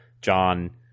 John